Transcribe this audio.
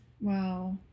Wow